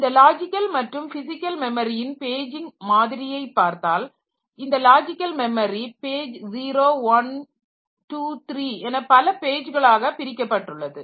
இந்த லாஜிக்கல் மற்றும் பிசிக்கல் மெமரியின் பேஜிங் மாதிரியை பார்த்தால் இந்த லாஜிக்கல் மெமரி பேஜ் 0 1 23 என்று பல பேஜ்களாக பிரிக்கப்பட்டுள்ளது